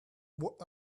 what